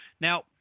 Now –